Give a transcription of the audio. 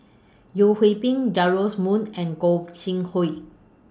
Yeo Hwee Bin Joash Moo and Gog Sing Hooi